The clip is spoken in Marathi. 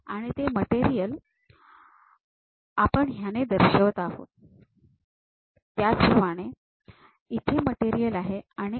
आणि ते मटेरियल आपण ह्याने दर्शवित आहोत त्याचप्रमाणे मटेरियल इथे आहे